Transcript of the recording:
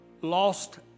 Lost